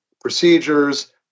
procedures